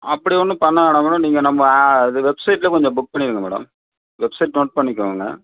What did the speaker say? அப்படி ஒன்றும் பண்ண வேண்டாம் மேடம் நீங்கள் நம்ப ஆ இது வெப்சைட்லையே கொஞ்சம் புக் பண்ணிவிடுங்க மேடம் வெப்சைட் நோட் பண்ணிக்கோங்க